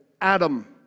Adam